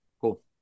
Cool